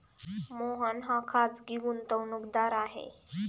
मोहन हा खाजगी गुंतवणूकदार आहे